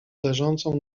leżącą